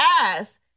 ass